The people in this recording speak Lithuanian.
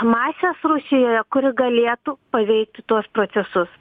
masės rusijoje kuri galėtų paveikti tuos procesus